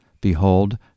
Behold